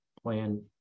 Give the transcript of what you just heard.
plan